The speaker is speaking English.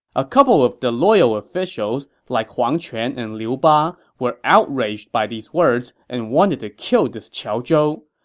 a couple of the loyal officials, like huang quan and liu ba, were outraged by these words and wanted to kill this qiao zhou,